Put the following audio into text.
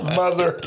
mother